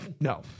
No